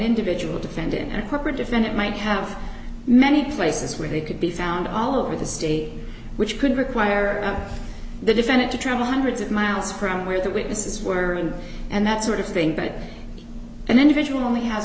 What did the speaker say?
individual defendant and corporate defendant might have many places where they could be found all over the state which could require the defendant to travel hundreds of miles from where the witnesses were and and that sort of thing but an individual only has